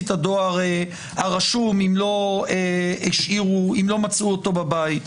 את הדואר הרשום אם לא מצאו אותו בבית.